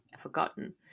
forgotten